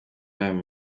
ariya